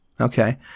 Okay